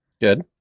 Good